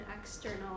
external